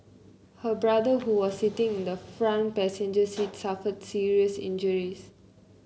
her brother who was sitting in the front passenger seat suffered serious injuries